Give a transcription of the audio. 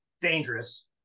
dangerous